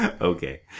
Okay